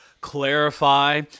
clarify